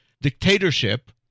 dictatorship